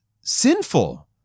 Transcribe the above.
sinful